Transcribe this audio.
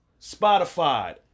Spotify